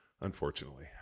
unfortunately